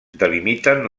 delimiten